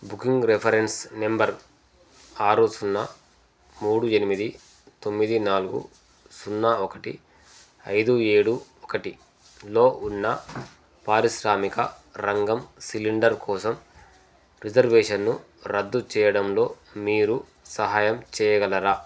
booking reference number ఆరు సున్నా మూడు ఎనిమిది తొమ్మిది నాలుగు సున్నా ఒకటి ఐదు ఏడు ఒకటిలో ఉన్న పారిశ్రామిక రంగం సిలిండర్ కోసం రిజర్వేషన్ను రద్దు చేయడంలో మీరు సహాయం చేయగలరా